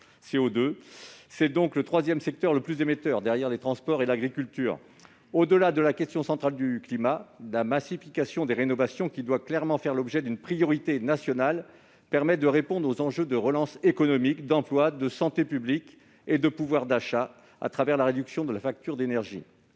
est donc le troisième secteur le plus émetteur derrière les transports et l'agriculture. Au-delà de la question centrale du climat, la massification des rénovations, qui doit clairement constituer une priorité nationale, permet de répondre aux enjeux en matière de relance économique, d'emploi, de santé publique et de pouvoir d'achat, grâce à la réduction de la facture d'énergie.